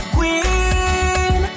Queen